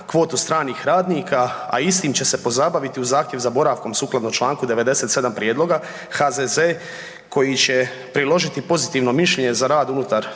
kvotu stranih radnika, a istim će se pozabaviti u zahtjev za boravkom sukladno čl. 97. prijedloga HZZ koji će priložiti pozitivno mišljenje za rad unutar